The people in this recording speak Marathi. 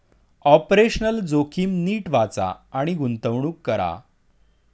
ऑपरेशनल जोखीम नीट वाचा आणि गुंतवणूक करा